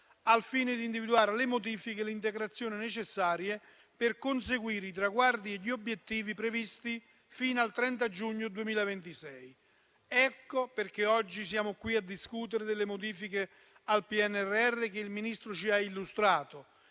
al fine di individuare le modifiche e le integrazioni necessarie per conseguire i traguardi e gli obiettivi previsti fino al 30 giugno 2026. Ecco perché oggi siamo qui a discutere delle modifiche al PNRR che il Ministro ci ha illustrato,